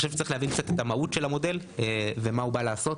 אני חושב שצריך להבין קצת את המהות של המודל ומה הוא בא לעשות,